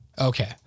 Okay